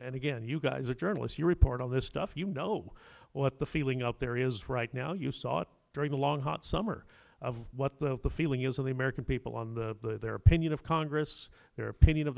and again you guys are journalists you report on this stuff you know what the feeling out there is right now you sought during the long hot summer of what the the feeling is of the american people on the their opinion of congress their opinion of the